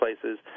places